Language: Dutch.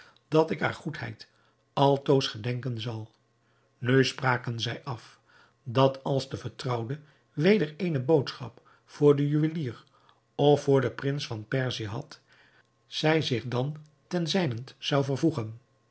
dat ik hare goedheid altoos gedenken zal nu spraken zij af dat als de vertrouwde weder eene boodschap voor den juwelier of voor den prins van perzië had zij zich dan ten zijnent zou vervoegen